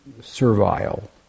servile